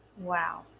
Wow